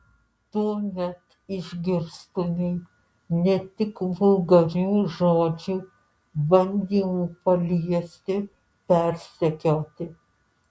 tuomet išgirstumei ne tik vulgarių žodžių bandymų paliesti persekioti